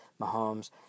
Mahomes